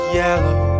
yellow